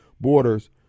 borders